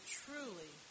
truly